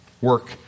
work